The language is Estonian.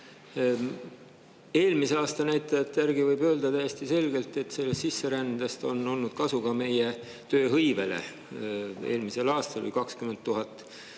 eelmise aasta näitajate järgi võib öelda täiesti selgelt, et sellest sisserändest on olnud kasu ka meie tööhõivele. Eelmisel aastal oli 20 000